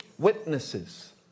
Witnesses